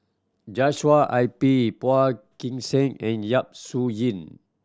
Joshua I P Phua Kin Siang and Yap Su Yin